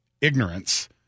ignorance